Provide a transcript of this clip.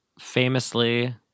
famously